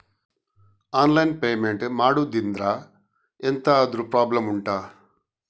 online payment ಮಾಡುದ್ರಿಂದ ಎಂತಾದ್ರೂ problem ಉಂಟಾ